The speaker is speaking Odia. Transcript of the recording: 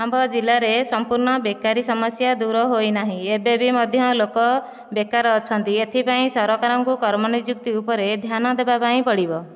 ଆମ୍ଭ ଜିଲ୍ଲାରେ ସମ୍ପୂର୍ଣ୍ଣ ବେକାରୀ ସମସ୍ୟା ଦୂର ହୋଇ ନାହିଁ ଏବେ ବି ମଧ୍ୟ ଲୋକ ବେକାର ଅଛନ୍ତି ଏଥିପାଇଁ ସରକାରଙ୍କୁ କର୍ମ ନିଯୁକ୍ତି ଉପରେ ଧ୍ୟାନ ଦେବା ପାଇଁ ପଡ଼ିବ